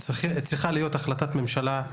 צריכה להיות החלטת ממשלה.